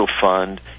fund